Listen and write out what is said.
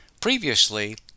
Previously